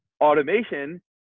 Automation